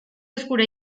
eskura